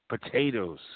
potatoes